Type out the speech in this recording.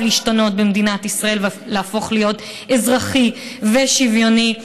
להשתנות ולהפוך להיות אזרחי ושוויוני.